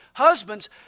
Husbands